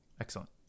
Excellent